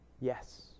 Yes